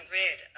rid